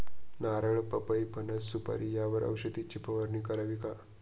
नारळ, पपई, फणस, सुपारी यावर औषधाची फवारणी करावी का?